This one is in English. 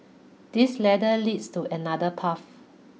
this ladder leads to another path